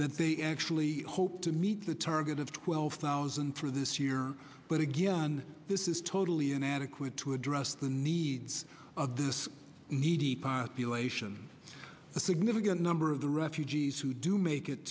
they actually hope to meet the target of twelve thousand for this year but again this is totally inadequate to address the needs of this needy part the elation a significant number of the refugees who do make it